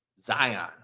Zion